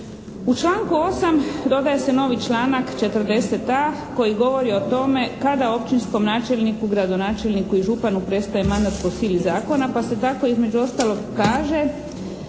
U članku 8. dodaje se novi članak 40.a koji govori o tome kada općinskom načelniku, gradonačelniku i županu prestaje mandat po sili zakona pa se tako između ostalog kaže: